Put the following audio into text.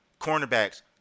cornerbacks